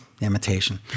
imitation